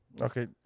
Okay